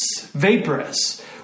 vaporous